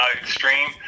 extreme